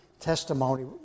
testimony